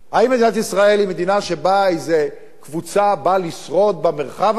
האם מדינת ישראל היא מדינה שבה איזה קבוצה באה לשרוד במרחב הזה?